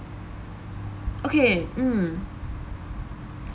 okay mm